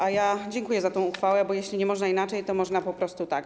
A ja dziękuję za tę uchwałę, bo jeśli nie można inaczej, to można po prostu tak.